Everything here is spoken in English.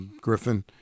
Griffin